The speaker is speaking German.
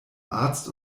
arzt